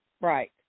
Right